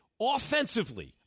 Offensively